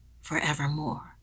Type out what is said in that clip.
forevermore